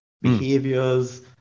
behaviors